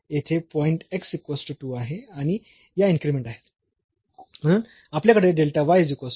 तर येथे पॉईंट आहे आणि या इन्क्रीमेंट आहेत